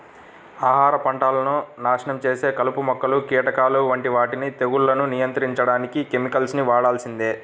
ఆహార పంటలను నాశనం చేసే కలుపు మొక్కలు, కీటకాల వంటి వాటిని తెగుళ్లను నియంత్రించడానికి కెమికల్స్ ని వాడాల్సిందే